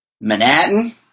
Manhattan